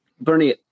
Bernie